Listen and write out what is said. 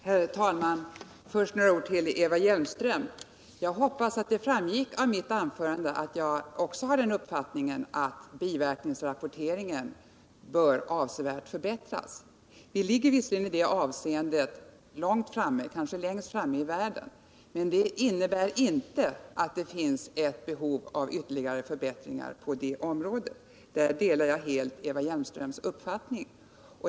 Herr talman! Först några ord till Eva Hjelmström. Jag hoppas att det framgick av mitt anförande att jag också har den uppfattningen att biverkningsrapporteringen bör avsevärt förbättras. Vi ligger visserligen i det avseendet långt framme — kanske längst framme i världen — men det innebär inte att det inte finns behov av ytterligare förbättringar på det området. Där delar jag alltså helt Eva Hjelmströms åsikt.